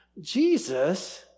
Jesus